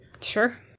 sure